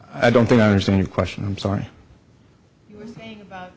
i don't think i understand your question i'm sorry